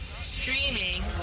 Streaming